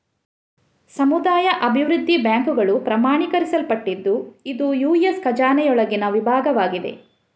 ಸಮುದಾಯ ಅಭಿವೃದ್ಧಿ ಬ್ಯಾಂಕುಗಳು ಪ್ರಮಾಣೀಕರಿಸಲ್ಪಟ್ಟಿದ್ದು ಇದು ಯು.ಎಸ್ ಖಜಾನೆ ಇಲಾಖೆಯೊಳಗಿನ ವಿಭಾಗವಾಗಿದೆ